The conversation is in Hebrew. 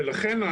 ולכן,